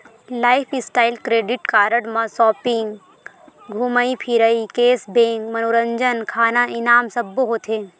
lifestyle credit card म shopping, धूमई फिरई, केस बेंक, मनोरंजन, खाना, इनाम सब्बो होथे